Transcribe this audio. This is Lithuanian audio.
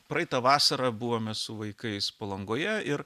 praeitą vasarą buvome su vaikais palangoje ir